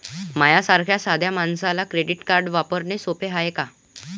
माह्या सारख्या साध्या मानसाले क्रेडिट कार्ड वापरने सोपं हाय का?